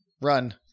run